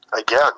again